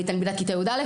אני תלמידת כיתה י"א,